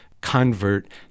convert